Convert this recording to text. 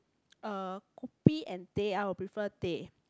uh kopi and teh I would prefer teh